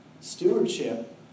stewardship